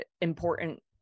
important